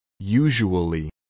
Usually